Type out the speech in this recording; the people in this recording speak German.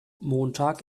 montag